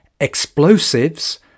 Explosives